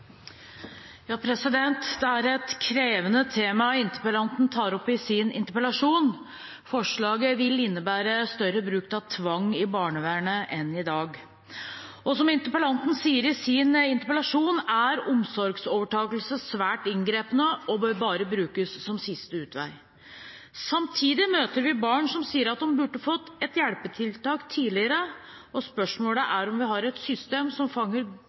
Det er et krevende tema interpellanten tar opp i sin interpellasjon. Forslaget vil innebære større bruk av tvang i barnevernet enn i dag. Som interpellanten sier i sin interpellasjon, er omsorgsovertakelse svært inngripende og bør bare brukes som siste utvei. Samtidig møter vi barn som sier at de burde fått et hjelpetiltak tidligere, og spørsmålet er om vi har et system som fanger